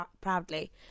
proudly